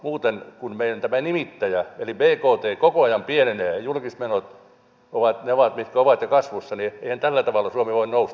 muuten kun meidän tämä nimittäjä eli bkt koko ajan pienenee ja julkiset menot ovat mitkä ovat ja kasvussa niin eihän tällä tavalla suomi voi nousta